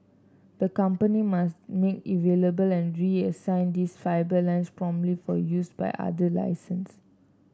the company must then available and reassign these fibre lines promptly for use by other licensees